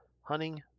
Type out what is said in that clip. hunting